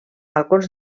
balcons